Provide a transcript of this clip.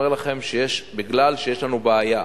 אומר לכם, מכיוון שיש לנו בעיה